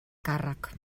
càrrec